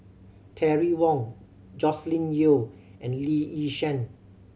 Terry Wong Joscelin Yeo and Lee Yi Shyan